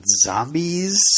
zombies